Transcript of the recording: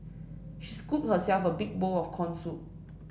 she scooped herself a big bowl of corn soup